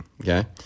Okay